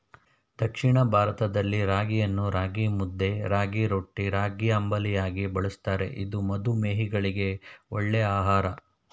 ದಕ್ಷಿಣ ಭಾರತದಲ್ಲಿ ರಾಗಿಯನ್ನು ರಾಗಿಮುದ್ದೆ, ರಾಗಿರೊಟ್ಟಿ, ರಾಗಿಅಂಬಲಿಯಾಗಿ ಬಳ್ಸತ್ತರೆ ಇದು ಮಧುಮೇಹಿಗಳಿಗೆ ಒಳ್ಳೆ ಆಹಾರ